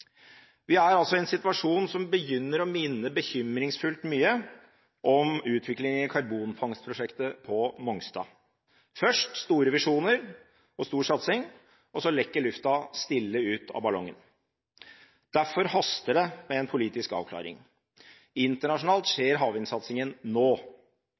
Vi er i en situasjon som begynner å minne bekymringsfullt mye om utviklingen i karbonfangstprosjektet på Mongstad: først store visjoner og stor satsing, og så lekker lufta stille ut av ballongen. Derfor haster det med en politisk avklaring. Internasjonalt skjer havvindsatsingen nå.